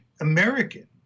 American